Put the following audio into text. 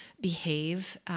behave